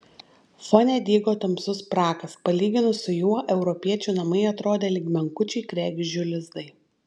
fone dygo tamsus prakas palyginus su juo europiečių namai atrodė lyg menkučiai kregždžių lizdai